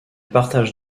partage